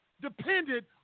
depended